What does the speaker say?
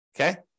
okay